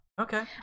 Okay